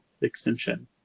extension